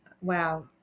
wow